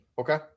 okay